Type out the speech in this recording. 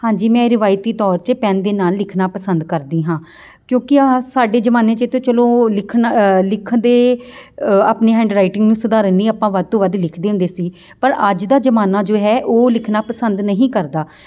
ਹਾਂਜੀ ਮੈਂ ਰਵਾਇਤੀ ਤੌਰ 'ਚ ਪੈੱਨ ਦੇ ਨਾਲ ਲਿਖਣਾ ਪਸੰਦ ਕਰਦੀ ਹਾਂ ਕਿਉਂਕਿ ਆਹ ਸਾਡੇ ਜ਼ਮਾਨੇ 'ਚ ਤਾਂ ਚਲੋ ਲਿਖਣ ਲਿਖਣ ਦੇ ਆਪਣੇ ਹੈਂਡਰਾਈਟਿੰਗ ਨੂੰ ਸੁਧਾਰਨ ਲਈ ਆਪਾਂ ਵੱਧ ਤੋਂ ਵੱਧ ਲਿਖਦੇ ਹੁੰਦੇ ਸੀ ਪਰ ਅੱਜ ਦਾ ਜ਼ਮਾਨਾ ਜੋ ਹੈ ਉਹ ਲਿਖਣਾ ਪਸੰਦ ਨਹੀਂ ਕਰਦਾ